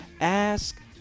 ask